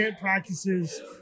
practices